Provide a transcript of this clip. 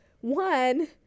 one